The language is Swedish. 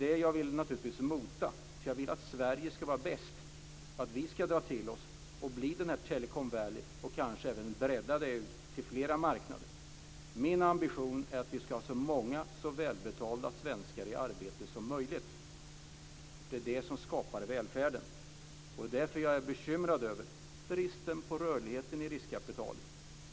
Det vill jag mota, för jag vill att Sverige ska vara bäst, att vi ska dra till oss detta och bli ett Telecom Valley och kanske även bredda det här till flera marknader. Min ambition är att vi ska ha så många och så välbetalda svenskar som möjligt i arbete. Det är det som skapar välfärd. Just därför är jag bekymrad över bristen på rörlighet vad gäller riskkapital.